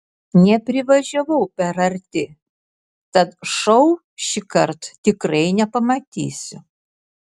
neprivažiavau per arti tad šou šįkart tikrai nepamatysiu